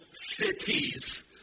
cities